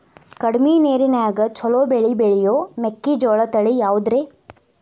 ಕಡಮಿ ನೇರಿನ್ಯಾಗಾ ಛಲೋ ಬೆಳಿ ಬೆಳಿಯೋ ಮೆಕ್ಕಿಜೋಳ ತಳಿ ಯಾವುದ್ರೇ?